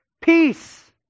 peace